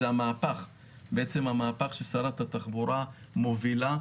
זה המהפך ששרת התחבורה מובילה,